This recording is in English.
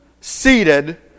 seated